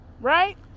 Right